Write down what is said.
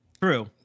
True